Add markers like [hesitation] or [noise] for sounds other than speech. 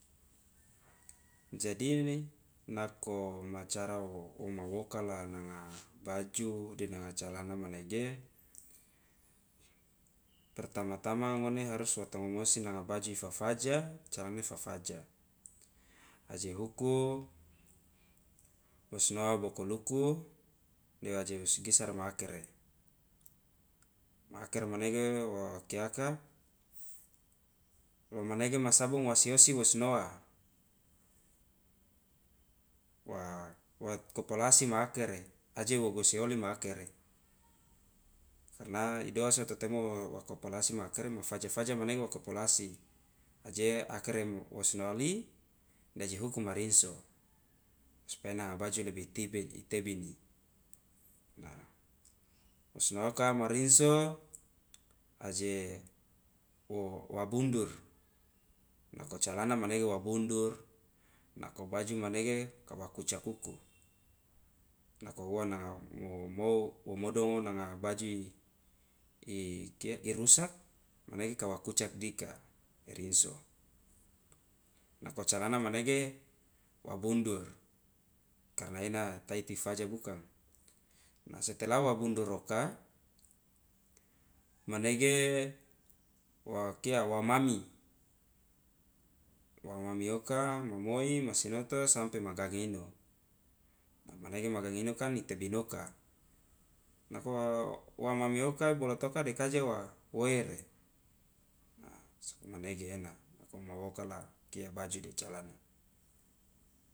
[noise] jadi nako ma cara woma wokala nanga baju de nanga calana manege pertama tama ngone harus wa tongomu osi nanga baju ifafaja calana ifafaja aje huku wosnoa bokol uku de aje wosgisara ma akere maakere manege wokiaka lo manege ma sabong wasi osi wosnoa wa wa kopolasi ma akere aje wo guse oli ma akere karna dioa so to temo wa kopolasi ma akere ma faja faja manege wa kopolasi aje akere wosnoali de aje huku ma rinso supaya nanga baju lebi i [hesitation] tebini na wosnoaka ma rinso aje wo wa bundur nako calana manege wa bundur nako baju manege kawa kucak uku nako uwa nanga wo mo wo modongo nanga baju i kia irusak manege kawo kucak dika de rinso nako calana manege wa bundur karna ena taiti ifaja bukang na setela wa bundur oka manege wa kia wa mami wa mami oka mamoi ma sinoto sampe magange ino a manege magange ino kan itebinoka nako wo wamami oka bolotoka de kaje wa woere a sokomanege ena nako woma wokala okia baju de calana.